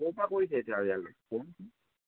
ক'ৰপৰা কৰিছে এতিয়া ইয়ালৈ কোন